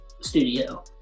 studio